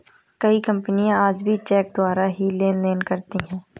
कई कपनियाँ आज भी चेक द्वारा ही लेन देन करती हैं